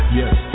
yes